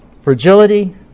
fragility